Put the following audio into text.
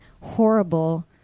horrible